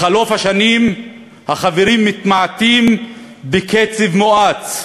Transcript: בחלוף השנים החברים מתמעטים בקצב מואץ.